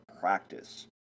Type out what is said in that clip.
practice